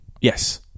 Yes